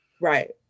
right